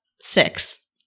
Six